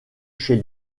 chez